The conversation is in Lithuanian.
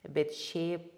bet šiaip